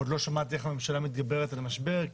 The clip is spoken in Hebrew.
עוד לא שמעתי איך הממשלה מתגברת על המשבר,